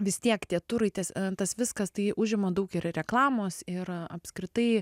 vis tiek tie turai tas tas viskas tai užima daug ir reklamos ir apskritai